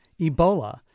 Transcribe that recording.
Ebola